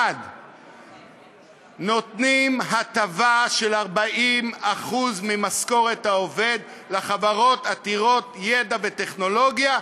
1. נותנים הטבה של 40% ממשכורת העובד לחברות עתירות ידע וטכנולוגיה,